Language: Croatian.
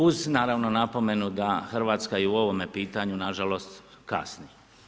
Uz naravno napomenu da Hrvatska i u ovome pitanju nažalost kasni.